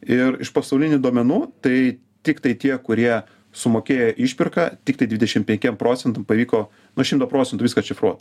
ir iš pasaulinių duomenų tai tiktai tie kurie sumokėję išpirką tiktai dvidešim penkiem procentam pavyko nu šimto procentų viską šifruo